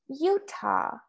Utah